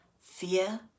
fear